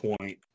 point